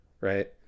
right